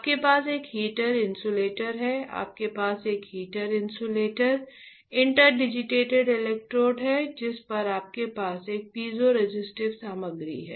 आपके पास एक हीटर इंसुलेटर है आपके पास एक हीटर इंसुलेटर इंटरडिजिटेटेड इलेक्ट्रोड हैं जिस पर आपके पास एक पीज़ोरेसिस्टिव सामग्री है